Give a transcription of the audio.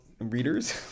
Readers